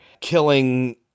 killing